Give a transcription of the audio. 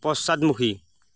পশ্চাদমুখী